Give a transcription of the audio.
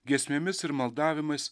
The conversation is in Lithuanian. giesmėmis ir maldavimais